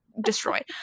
destroyed